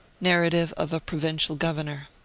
narrative of a provincial governor.